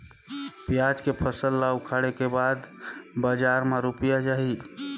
पियाज के फसल ला उखाड़े के बाद बजार मा रुपिया जाही?